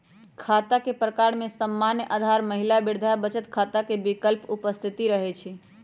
खता के प्रकार में सामान्य, आधार, महिला, वृद्धा बचत खता के विकल्प उपस्थित रहै छइ